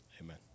amen